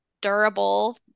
durable